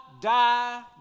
die